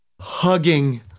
hugging